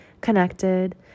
connected